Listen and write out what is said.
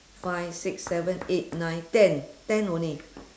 five six seven eight nine ten ten only